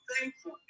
thankful